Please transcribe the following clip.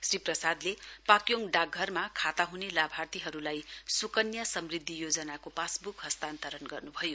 श्री प्रसादले पाक्योङ डाकघरमा खाता हने लाभार्थीहरूलाई सुकन्या समृद्धि योजनाको पासबुक हस्तान्तरण गर्न्भयो